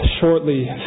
shortly